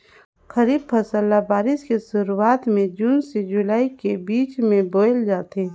खरीफ फसल ल बारिश के शुरुआत में जून से जुलाई के बीच ल बोए जाथे